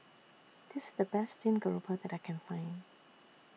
This IS The Best Steamed Garoupa that I Can Find